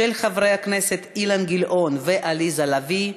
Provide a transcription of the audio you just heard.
של חברי הכנסת אילן גילאון ועליזה לביא.